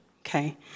okay